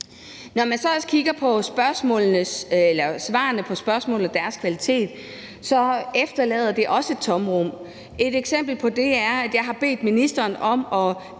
Når man så kigger på svarene på spørgsmålene og deres kvalitet, efterlader det også et tomrum. Et eksempel på det er begreberne